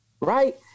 Right